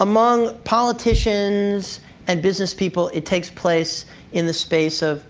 among politicians and business people, it takes place in the space of